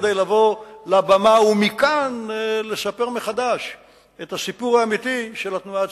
כדי לבוא לבמה ומכאן לספר מחדש את הסיפור האמיתי של התנועה הציונית.